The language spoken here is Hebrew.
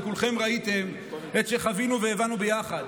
וכולכם ראיתם את שחווינו והבנו ביחד,